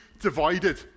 divided